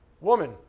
woman